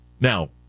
Now